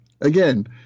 again